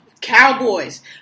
Cowboys